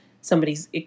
somebody's